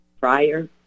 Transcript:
prior